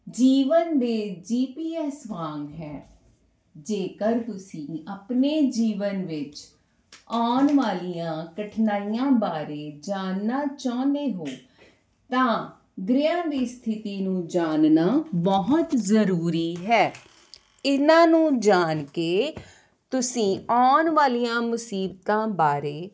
ਜੀਵਨ ਦੇ G P S ਵਾਂਗ ਹੈ ਜੇਕਰ ਤੁਸੀਂ ਆਪਣੇ ਜੀਵਨ ਵਿੱਚ ਆਉਣ ਵਾਲੀਆਂ ਕਠਿਨਾਈਆਂ ਬਾਰੇ ਜਾਣਨਾ ਚਾਹੁੰਨੇ ਹੋ ਤਾਂ ਗ੍ਰਹਿ ਦੀ ਸਥਿਤੀ ਨੂੰ ਜਾਣਨਾ ਬਹੁਤ ਜ਼ਰੂਰੀ ਹੈ ਇਹਨਾਂ ਨੂੰ ਜਾਣ ਕੇ ਤੁਸੀਂ ਆਉਣ ਵਾਲੀਆਂ ਮੁਸੀਬਤਾਂ ਬਾਰੇ